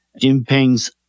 Jinping's